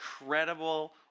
incredible